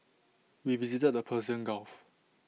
we visited the Persian gulf